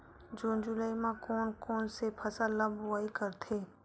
जून जुलाई म कोन कौन से फसल ल बोआई करथे?